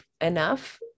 enough